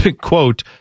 quote